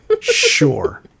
Sure